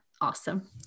Awesome